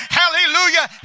hallelujah